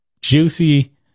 Juicy